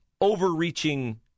overreaching